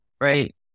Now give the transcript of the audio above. right